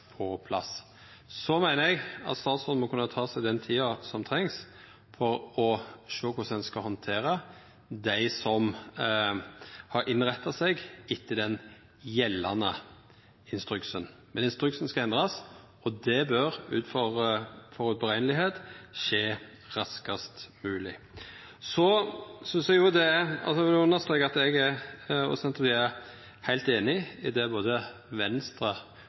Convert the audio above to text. på plass. Eg meiner at statsråden må kunna ta seg den tida som trengst for å kunna sjå korleis ein skal handtera dei som har innretta seg etter den gjeldande instruksen. Men instruksen skal endrast, og det bør av omsyn til førehandsberekning skje raskast mogleg. Eg vil understreka at eg, og Senterpartiet, er heilt einig i det både Venstre